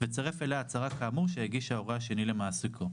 וצירף אליה הצהרה כאמור שהגיש ההורה השני למעסיקו.".